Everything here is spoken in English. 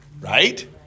right